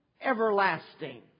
everlasting